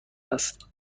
است